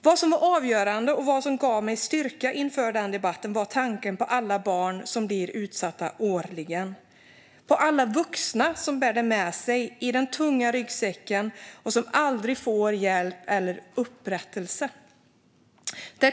Vad som var avgörande och vad som gav mig styrka inför den debatten var tanken på alla barn som blir utsatta årligen och på alla vuxna som bär detta med sig i den tunga ryggsäcken och som aldrig får hjälp eller upprättelse.